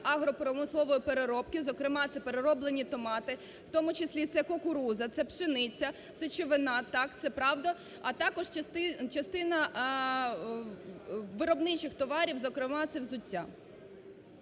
агропромислової переробки, зокрема, це перероблені томати, в тому числі це кукурудза, це пшениця, сечовина, так, це правда, а також частина виробничих товарів, зокрема, це взуття.